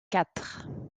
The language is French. quatre